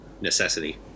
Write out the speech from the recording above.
necessity